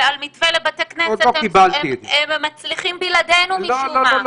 על מתווה לבתי כנסת הם מצליחים בלעדינו משום מה.